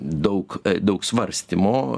daug daug svarstymo